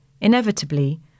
Inevitably